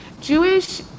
Jewish